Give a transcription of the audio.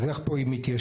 אז איך פה היא מתיישרת?